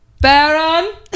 baron